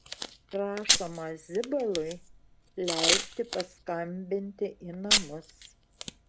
prašoma zibalui leisti paskambinti į namus